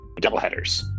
doubleheaders